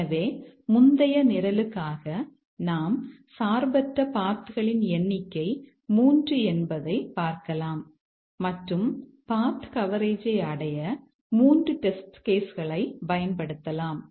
எனவே முந்தைய நிரலுக்காக நாம் சார்பற்ற பாத் களைப் பயன்படுத்தலாம்